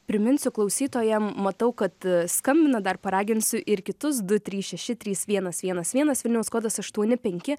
priminsiu klausytojam matau kad skambina dar paraginsiu ir kitus du trys šeši trys vienas vienas vienas vilnius kodas aštuoni penki